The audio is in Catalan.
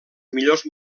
millors